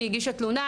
מי הגישה תלונה,